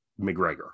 McGregor